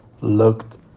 looked